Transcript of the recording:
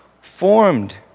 formed